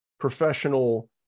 professional